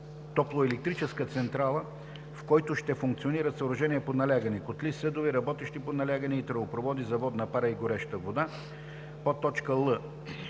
топлоелектрическа централа, в който ще функционират съоръжения под налягане (котли, съдове, работещи под налягане и тръбопроводи за водна пара и гореща вода); л) 30